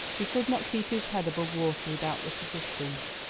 he could not keep his head above water without this assistance,